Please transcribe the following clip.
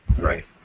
Right